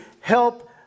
help